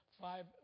five